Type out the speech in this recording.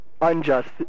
unjust